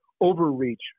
overreach